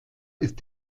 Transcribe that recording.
ist